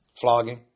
Flogging